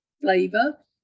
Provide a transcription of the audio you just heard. flavor